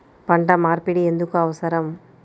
పంట మార్పిడి ఎందుకు అవసరం?